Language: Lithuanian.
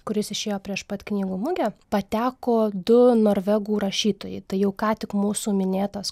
kuris išėjo prieš pat knygų mugę pateko du norvegų rašytojai tai jau ką tik mūsų minėtas